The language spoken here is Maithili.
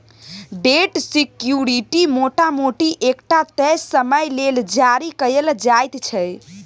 डेट सिक्युरिटी मोटा मोटी एकटा तय समय लेल जारी कएल जाइत छै